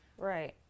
Right